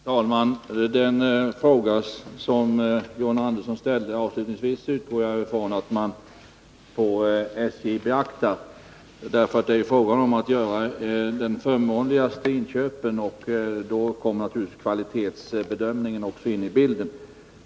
Herr talman! Den fråga som John Andersson avslutningsvis ställde utgår jag ifrån att man på SJ beaktar, ty det gäller ju att göra de förmånligaste inköpen, och då kommer naturligtvis kvalitetsbedömningen också in i bilden.